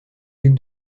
duc